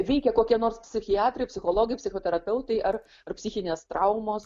veikia kokie nors psichiatrai psichologai psichoterapeutai ar ar psichinės traumos